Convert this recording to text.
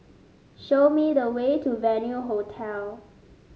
show me the way to Venue Hotel